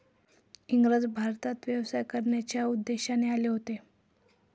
इंग्रज भारतात व्यवसाय करण्याच्या उद्देशाने आले होते